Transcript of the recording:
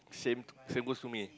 same same goes to me